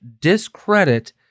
discredit